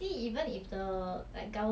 you will still wear what right cause